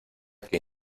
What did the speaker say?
que